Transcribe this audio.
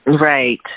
Right